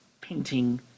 painting